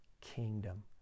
kingdom